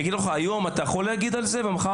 יגידו לך שהיום אתה יכול להגיד את זה ומחר